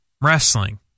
wrestling